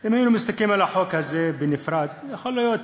אם היינו מסתכלים על החוק הזה בנפרד, יכול להיות,